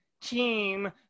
team